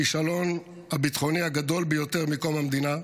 הכישלון הביטחוני הגדול ביותר מקום המדינה,